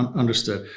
and understood.